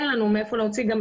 אין לנו מאיפה להוציא גם